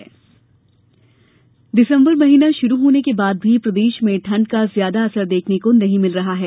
मौसम दिसम्बर महीना शुरू होने के बाद भी प्रदेश में ठण्ड का ज्यादा असर देखने को नहीं मिल रहा है